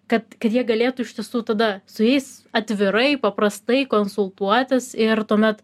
kad jie galėtų iš tiesų tada su jais atvirai paprastai konsultuotis ir tuomet